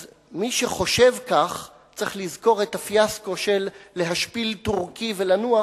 אז מי שחושב כך צריך לזכור את הפיאסקו של "להשפיל טורקי ולנוח"